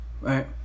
right